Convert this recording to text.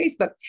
Facebook